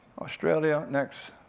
australia, next.